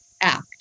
act